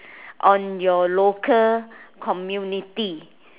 on your local community